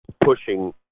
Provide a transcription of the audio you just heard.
pushing